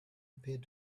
appeared